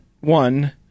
one